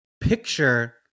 picture